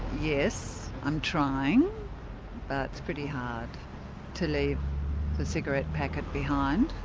yes, i'm trying but it's pretty hard to leave the cigarette packet behind.